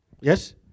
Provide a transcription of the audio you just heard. Yes